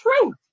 truth